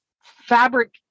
fabric